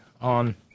on